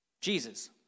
Jesus